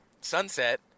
sunset